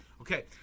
Okay